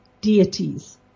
deities